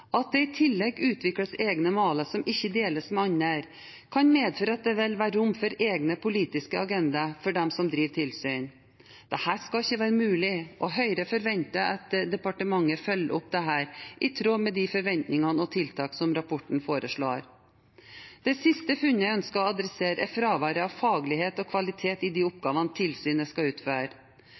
At det i tillegg utvikles egne maler som ikke deles med andre, kan medføre at det vil være rom for egne politiske agendaer for dem som driver tilsyn. Dette skal ikke være mulig, og Høyre forventer at departementet følger opp dette i tråd med de forventninger og tiltak som rapporten foreslår. Det siste funnet jeg ønsker å adressere, er fraværet av faglighet og kvalitet i de oppgavene tilsynet skal utføre.